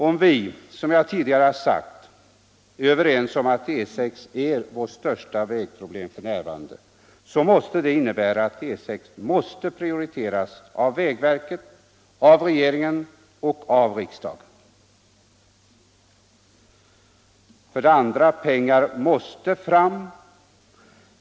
Om vi — som jag tidigare har sagt — är överens om att E 6 är vårt största vägproblem f. n., så innebär det att E 6 måste prioriteras av vägverket, av regeringen och av riksdagen. 2. Pengar måste fram.